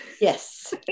Yes